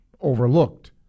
overlooked